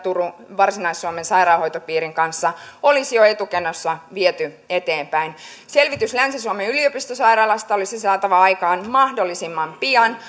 varsinais suomen sairaanhoitopiirin kanssa olisi jo etukenossa viety eteenpäin selvitys länsi suomen yliopistosairaalasta olisi saatava aikaan mahdollisimman pian